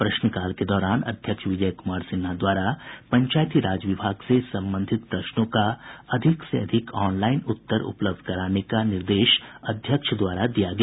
प्रश्नकाल के दौरान अध्यक्ष विजय कुमार सिन्हा द्वारा पंचायती राज विभाग से संबंधित प्रश्नों का अधिक से अधिक ऑनलाईन उत्तर उपलब्ध कराने का निर्देश अध्यक्ष द्वारा दिया गया